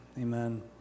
amen